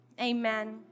Amen